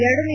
ಎರಡನೇ